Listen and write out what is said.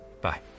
bye